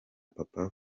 papa